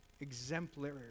exemplary